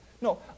No